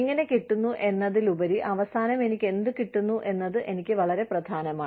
എങ്ങനെ കിട്ടുന്നു എന്നതിലുപരി അവസാനം എനിക്ക് എന്ത് കിട്ടുന്നു എന്നത് എനിക്ക് വളരെ പ്രധാനമാണ്